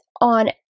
on